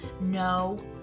no